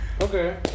Okay